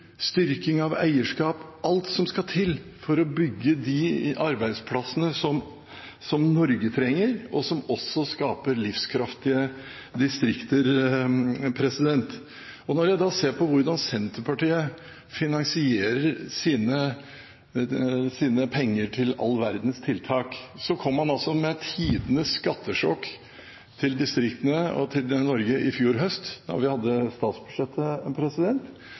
styrking av FoU, styrking av eierskap, alt som skal til for å bygge de arbeidsplassene som Norge trenger, og som også skaper livskraftige distrikter. Når jeg ser på hvordan Senterpartiet finansierer sine penger til all verdens tiltak, kom man altså med tidenes skattesjokk til distriktene og til Norge i fjor høst i forbindelse med statsbudsjettet,